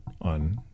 on